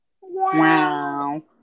Wow